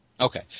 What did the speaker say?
Okay